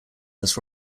this